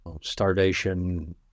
starvation